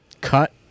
cut